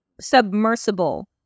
submersible